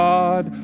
God